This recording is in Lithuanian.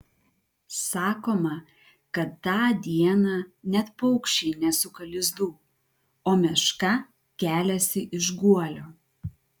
sakoma kad tą dieną net paukščiai nesuka lizdų o meška keliasi iš guolio